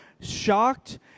shocked